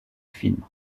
film